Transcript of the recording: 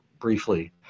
briefly